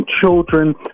children